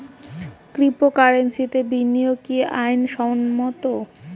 ক্রিপ্টোকারেন্সিতে বিনিয়োগ কি আইন সম্মত?